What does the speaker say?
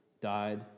died